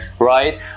Right